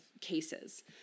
cases